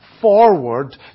forward